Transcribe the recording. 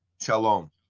Shalom